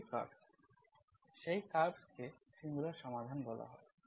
এগুলি কার্ভস সেই কার্ভসকে সিঙ্গুলার সমাধান বলা হয়